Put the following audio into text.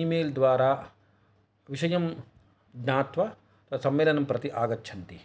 E mail द्वारा विषयं ज्ञात्वा सम्मेलनं प्रति आगच्छन्ति